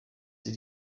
sie